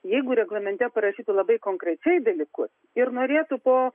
jeigu reglamente parašytų labai konkrečiai dalykus ir norėtų po